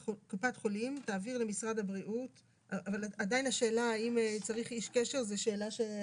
אבל עדיין השאלה אם צריך איש קשר זו שאלה.